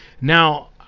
Now